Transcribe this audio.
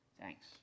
Thanks